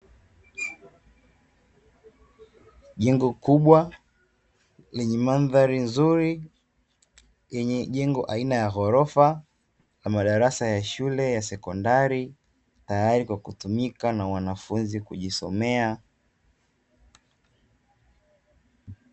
Jengo kubwa lenye mandhari nzuri, yenye jengo aina ya ghorofa na madarasa ya shule ya sekondari, tayari kwa kutumika na wanafunzi kujisomea.